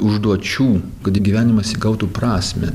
užduočių kad gyvenimas įgautų prasmę